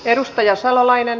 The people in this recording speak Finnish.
arvoisa puhemies